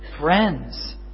friends